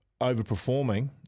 overperforming